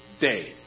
day